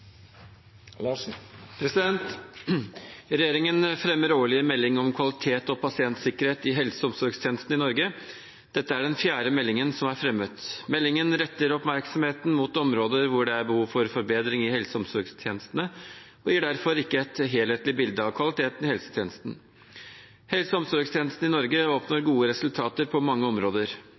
Regjeringen fremmer årlig en melding om kvalitet og pasientsikkerhet i helse- og omsorgstjenesten i Norge. Dette er den fjerde meldingen som er fremmet. Meldingen retter oppmerksomheten mot områder hvor det er behov for forbedring i helse- og omsorgstjenestene, og gir derfor ikke et helhetlig bilde av kvaliteten i helsetjenesten. Helse- og omsorgstjenesten i Norge oppnår gode resultater på mange områder.